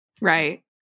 Right